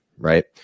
right